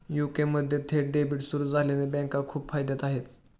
UK मध्ये थेट debit सुरू झाल्याने बँका खूप फायद्यात आहे